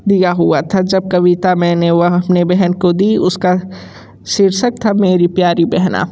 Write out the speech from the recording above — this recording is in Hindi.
दिया हुआ था जब कविता मैंने वह अपने बहन को दी उसका शीर्षक था मेरी प्यारी बहना